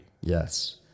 Yes